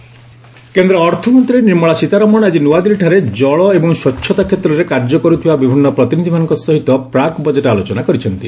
Nirmala pre budget କେନ୍ଦ୍ର ଅର୍ଥମନ୍ତ୍ରୀ ନିର୍ମଳା ସୀତାରମଣ ଆଜି ନୂଆଦିଲ୍ଲୀଠାରେ ଜଳ ଏବଂ ସ୍ୱଚ୍ଛତା କ୍ଷେତ୍ରରେ କାର୍ଯ୍ୟ କରୁଥିବା ବିଭିନ୍ନ ପ୍ରତିନିଧିମାନଙ୍କ ସହିତ ପ୍ରାକ୍ ବଜେଟ୍ ଆଲୋଚନା କରିଛନ୍ତି